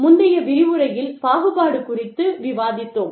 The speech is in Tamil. முந்தைய விரிவுரையில் பாகுபாடு குறித்து விவாதித்தோம்